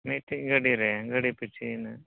ᱢᱤᱫᱴᱤᱡ ᱜᱟᱹᱰᱤᱨᱮ ᱜᱟᱹᱰᱤ ᱯᱤᱪᱷᱤ ᱦᱩᱱᱟᱹᱝ